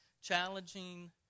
challenging